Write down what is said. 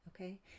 Okay